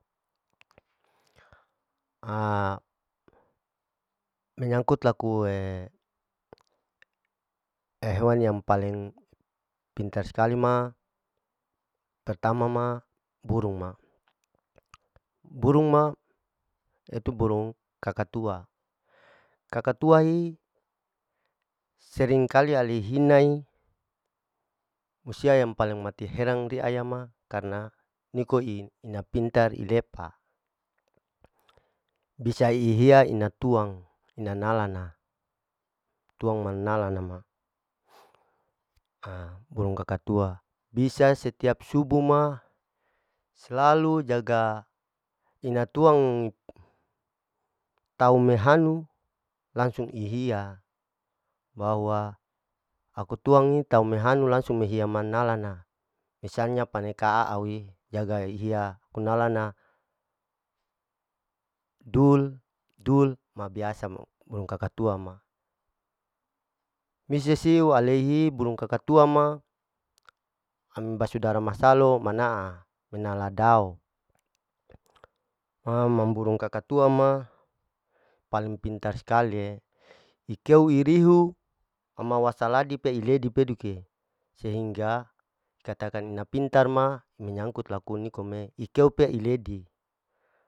menyangkut laku hewan yang paling pintar sekali ma, pertama ma burung ma, burung ma yaitu burung kakatua, kakatua hi sering kali alehina i musia yang paling mati herang riaya ma karna niko i'ina pintar ilepa, bisa ihia ina tuang ina nalana tuang mannalanama, a'burung kaka tua bisa setiap subuh ma, slalu jaga ina tuang tau mehanu langsung ihia bahwa aku tuang'i tau mehanu langsung mihiya menalana, misalnya paneka a'aui jaga ihiya kunalana, dul-dul ma biasa ma burung kaka tua ma, mesi siu aleihi burung kaka tua ma, ami basudara masalo mana'a minal adao, ma ma burung kaka tua ma paling pintar sekali'e, ikeu irihu ama wasaladi ipedi peduke, sehingga katakan ina pintar ma menyangkut laku nikom'e ikeu pi iledi.